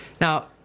now